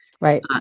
Right